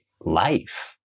life